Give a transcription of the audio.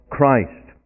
Christ